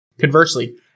Conversely